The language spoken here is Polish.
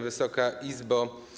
Wysoka Izbo!